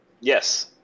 Yes